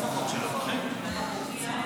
בבקשה.